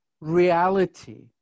reality